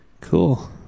cool